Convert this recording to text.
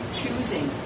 choosing